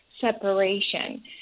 separation